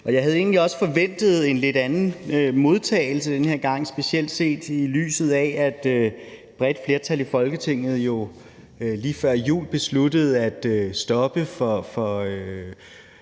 også forventet en lidt anden modtagelse den her gang, specielt set i lyset af at et bredt flertal i Folketinget jo lige før jul besluttede at stoppe for